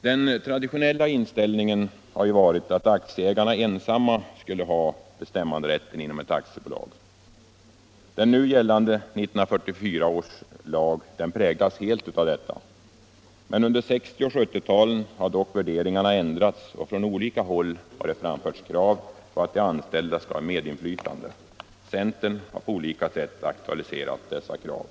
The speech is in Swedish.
Den traditionella inställningen har ju varit att aktieägarna ensamma skulle ha bestämmanderätten inom ett aktiebolag. Den nu gällande 1944 års lag präglas helt av detta. Under 1960 och 1970-talen har dock värderingarna ändrats, och från olika håll har det framförts krav på att de anställda skall ha medinflytande. Centern har på olika sätt aktualiserat dessa krav.